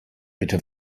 bitte